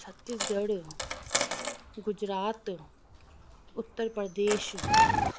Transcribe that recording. Chhattisgarh Gujarat Uttar Pradesh